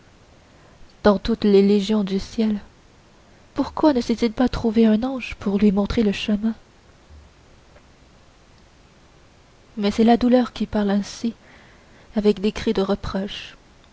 dans toutes les légions du ciel pourquoi ne s'est-il pas trouvé un ange pour lui montrer le chemin mais c'est la douleur qui parle ainsi avec des cris de reproche